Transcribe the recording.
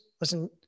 listen